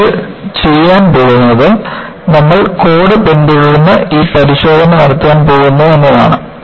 നമ്മൾ ചെയ്യാൻ പോകുന്നത് നമ്മൾ കോഡ് പിന്തുടർന്ന് ഈ പരിശോധന നടത്താൻ പോകുന്നു എന്നതാണ്